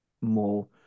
more